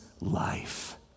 life